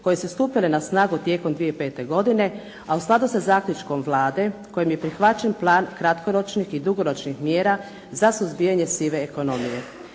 koje su stupile na snagu 2005. godine, a u skladu sa zaključkom Vlade kojim je prihvaćen plan kratkoročnih i dugoročnih mjera za suzbijanje sive ekonomije.